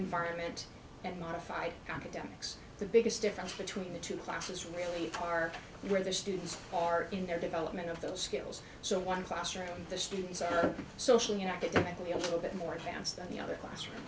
environment and modified going to them the biggest difference between the two classes really park where the students are in their development of those skills so one classroom the students are socially and academically a little bit more advanced than the other classroom